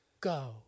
Go